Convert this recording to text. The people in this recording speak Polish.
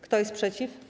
Kto jest przeciw?